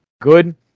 Good